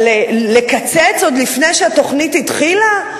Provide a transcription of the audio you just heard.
אבל לקצץ עוד לפני שהתוכנית התחילה?